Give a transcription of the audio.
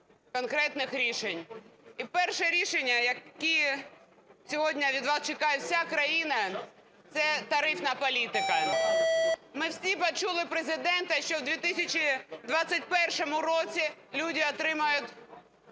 конкретних рішень. І перше рішення, яке сьогодні від вас чекає вся країна, це тарифна політика. Ми всі почули Президента, що у 2021 році люди отримають